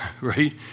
right